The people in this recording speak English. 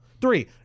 Three